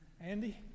Andy